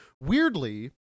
weirdly